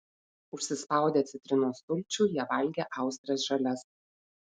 užsispaudę citrinos sulčių jie valgė austres žalias